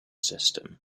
system